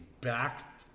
back